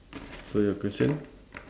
so your question